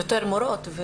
יותר מורות.